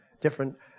different